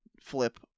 flip